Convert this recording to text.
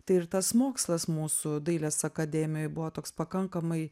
tai ir tas mokslas mūsų dailės akademijoj buvo toks pakankamai